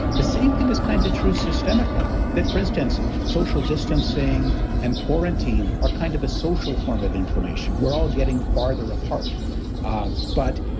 the same thing is kind of true systemically, that, for instance social distancing and quarantine are kind of a social form of inflammation. we're all getting farther apart ah but,